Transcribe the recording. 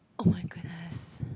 oh my goodness